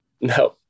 No